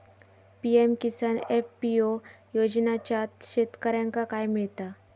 PM Kisan FPO योजनाच्यात शेतकऱ्यांका काय मिळता?